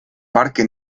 parque